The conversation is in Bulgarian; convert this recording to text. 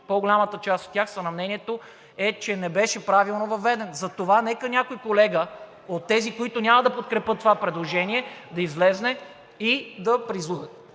по-голямата част от тях, са на мнението, че не беше правилно въведен. Затова нека някой колега от тези, които няма да подкрепят това предложение, да излезе и призове